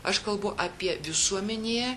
aš kalbu apie visuomenėje